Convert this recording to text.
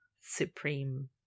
supreme